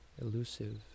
elusive